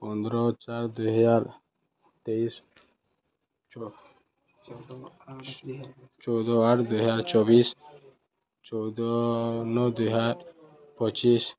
ପନ୍ଦର ଚାରି ଦୁଇହଜାର ତେଇଶ ଚଉଦ ଆଠ ଦୁଇହଜାର ଚବିଶ ଚଉଦ ନଅ ଦୁଇହାର ପଚିଶ